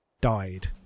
died